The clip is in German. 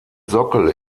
sockel